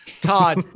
Todd